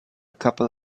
couple